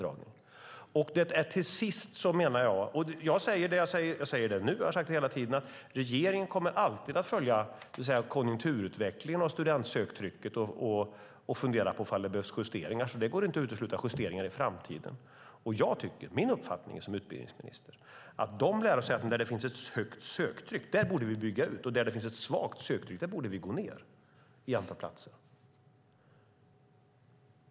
Jag säger det nu, och jag har sagt det hela tiden: Regeringen kommer alltid att följa konjunkturutvecklingen och studentsöktrycket och fundera på om det behövs justeringar. Det går inte att utesluta justeringar i framtiden. Min uppfattning som utbildningsminister är att vi borde bygga ut de lärosäten där det finns ett högt söktryck. Där söktrycket är lågt borde vi gå ned i antal platser.